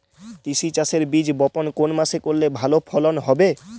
তিসি চাষের বীজ বপন কোন মাসে করলে ভালো ফলন হবে?